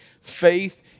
faith